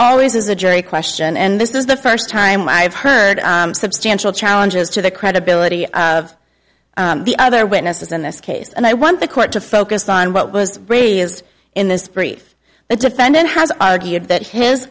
always is a jury question and this is the first time i have heard substantial challenges to the credibility of the other witnesses in this case and i want the court to focus on what was raised in this brief the defendant has argued that his